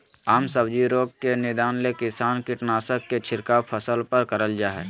आम सब्जी रोग के निदान ले किसान कीटनाशक के छिड़काव फसल पर करल जा हई